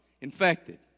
Infected